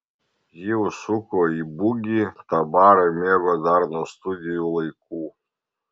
ji užsuko į bugį tą barą mėgo dar nuo studijų laikų